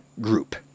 group